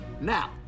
now